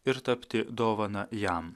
ir tapti dovana jam